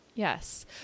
Yes